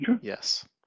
yes